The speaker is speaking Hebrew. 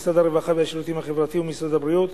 משרד הרווחה והשירותים החברתיים ומשרד הבריאות.